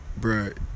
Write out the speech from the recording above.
bruh